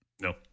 No